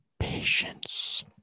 Patience